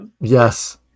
Yes